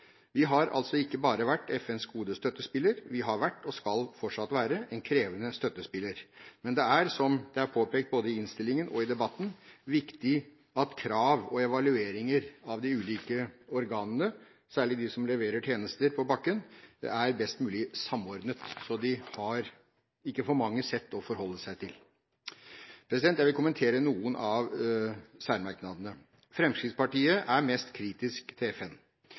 Vi har ikke bare vært FNs gode støttespiller. Vi har også vært – og skal fortsatt være – en krevende støttespiller. Men det er – som det er påpekt både i innstillingen og i debatten – viktig at krav til og evalueringer av de ulike organene, særlig når det gjelder dem som leverer tjenester på bakken, er best mulig samordnet, slik at de ikke har for mange sett å forholde seg til. Jeg vil kommentere noen av særmerknadene. Fremskrittspartiet er mest kritisk til FN,